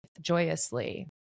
joyously